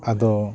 ᱟᱫᱚ